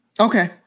Okay